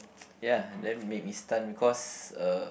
ya that made me stunned because uh